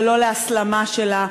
ולא להסלמה שלה,